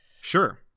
sure